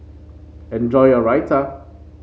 enjoy your Raita